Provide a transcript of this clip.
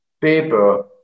paper